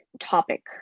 Topic